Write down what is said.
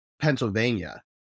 Pennsylvania